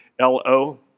L-O